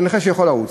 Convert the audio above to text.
זה נכה שיכול לרוץ,